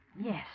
Yes